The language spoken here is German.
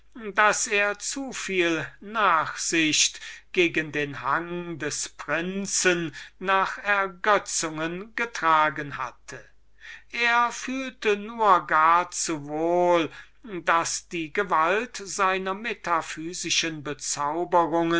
daß er zu viel nachsicht gegen den hang dieses prinzen nach ergötzungen getragen hatte er fühlte nur gar zu wohl daß die gewalt seiner metaphysischen